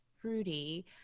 fruity